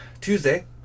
Tuesday